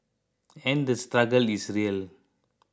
and the struggle is real